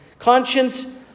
Conscience